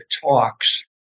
talks